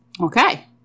Okay